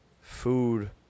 food